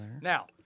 Now